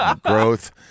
growth